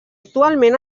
actualment